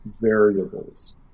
variables